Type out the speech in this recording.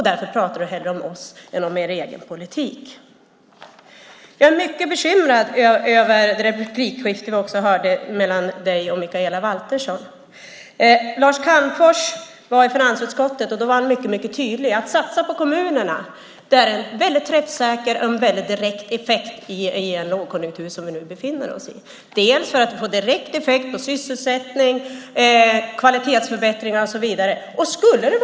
Därför talar du hellre om oss än om er politik. Ditt replikskifte med Mikaela Valtersson gjorde mig mycket bekymrad. Lars Calmfors var i finansutskottet och sade tydligt att en satsning på kommunerna ger en träffsäker och direkt effekt på sysselsättning, kvalitetsförbättringar och så vidare i en lågkonjunktur.